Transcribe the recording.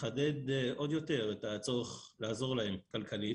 מחדד עוד יותר את הצורך לעזור להם כלכלית,